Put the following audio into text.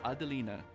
Adelina